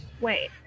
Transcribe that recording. Wait